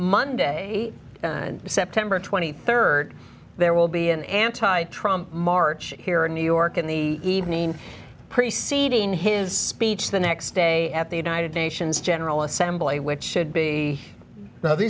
monday september rd there will be an anti trump march here in new york in the evening preceding his speech the next day at the united nations general assembly which should be now the